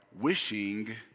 wishing